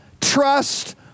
trust